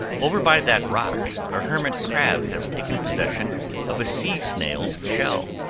over by that rock a hermit crab has taken possession of a sea snail's shell,